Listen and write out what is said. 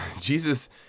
Jesus